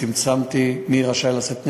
צמצמתי לגבי מי רשאי לשאת נשק,